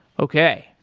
okay.